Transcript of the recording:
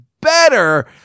better